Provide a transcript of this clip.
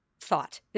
thought